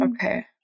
Okay